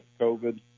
COVID